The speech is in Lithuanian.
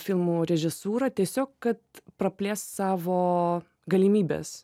filmų režisūrą tiesiog kad praplės savo galimybes